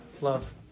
love